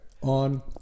On